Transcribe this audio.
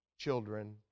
children